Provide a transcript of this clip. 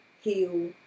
heal